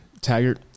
Taggart